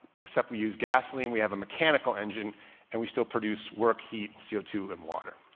except we use gasoline. we have a mechanical engine and we still produce work, heat, c o two, and water.